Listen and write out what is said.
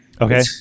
Okay